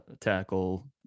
tackle